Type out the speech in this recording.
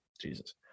Jesus